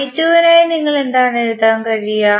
നായി നിങ്ങൾക്ക് എന്താണ് എഴുതാൻ കഴിയുക